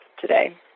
today